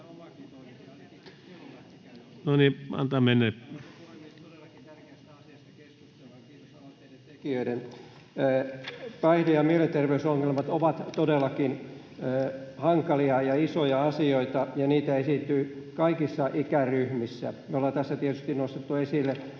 Päihde- ja mielenterveysongelmat ovat todellakin hankalia ja isoja asioita, ja niitä esiintyy kaikissa ikäryhmissä. Me ollaan tässä tietysti nostettu esille